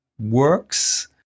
works